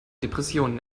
depressionen